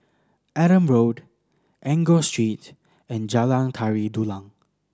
Adam Road Enggor Street and Jalan Tari Dulang